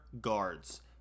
guards